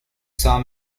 saw